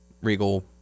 Regal